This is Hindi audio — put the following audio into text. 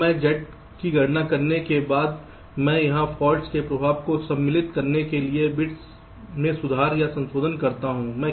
अब मैं Z की गणना करने के बाद मैं यहाँ फॉल्ट्स के प्रभाव को सम्मिलित करने के लिए बिट्स में सुधार या संशोधन करता हूँ